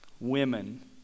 women